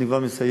אני כבר מסיים.